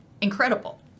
incredible